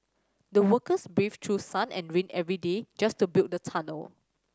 the workers braved through sun and rain every day just to build the tunnel